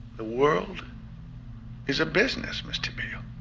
the world is a business mr. beale.